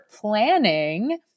planning